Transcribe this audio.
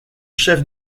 chef